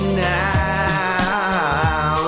now